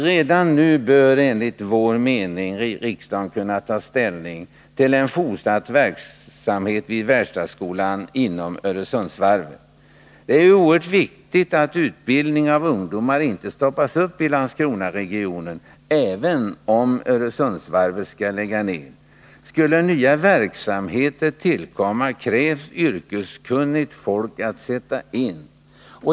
Redan nu bör enligt vår mening riksdagen kunna ta ställning till en fortsatt verksamhet vid verkstadsskolan inom Öresundsvarvet. Det är ju oerhört viktigt att utbildningen av ungdomar inte stoppas upp i Landskronaregionen även om Öresundsvarvet läggs ned. Skall nya verksamheter tillkomma krävs yrkeskunnigt folk att sätta in.